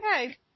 Okay